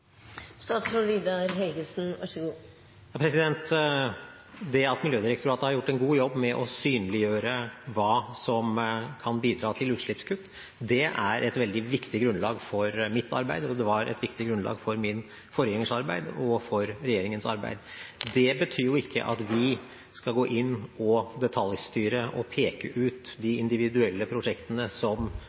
Det at Miljødirektoratet har gjort en god jobb med å synliggjøre hva som kan bidra til utslippskutt, er et veldig viktig grunnlag for mitt arbeid, og det var et viktig grunnlag for min forgjengers arbeid og for regjeringens arbeid. Det betyr jo ikke at vi skal gå inn og detaljstyre og peke ut de individuelle prosjektene som